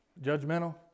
Judgmental